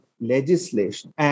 legislation